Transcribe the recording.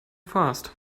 fast